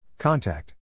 Contact